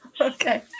Okay